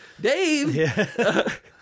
Dave